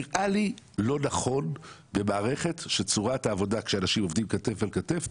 נראה לי לא נכון שמערכת בה צורת העבודה היא שאנשים עובדים כתף אל כתף,